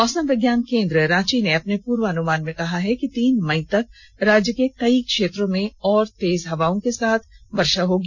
मौसम विज्ञान केन्द्र रांची ने अपने पूर्वानुमान में कहा है कि तीन मई तक राज्य के कई क्षेत्रों में तेज हवा के साथ वर्षा होगी